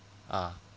ah